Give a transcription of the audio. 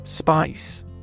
Spice